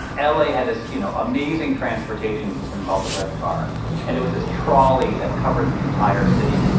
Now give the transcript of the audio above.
l a. had this you know amazing transportation system called the red car and it was this trolley that covered the entire city.